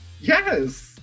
Yes